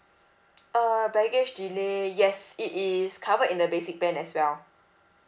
err baggage delay yes it is covered in the basic plan as well